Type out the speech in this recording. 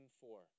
four